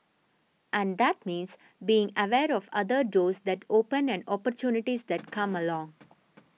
and that means being aware of other doors that open and opportunities that come along